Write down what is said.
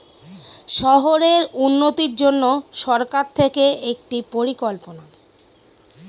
শহরের উন্নতির জন্য সরকার থেকে একটি পরিকল্পনা